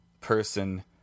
person